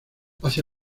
hacia